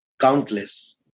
countless